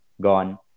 Gone